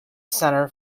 center